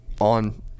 on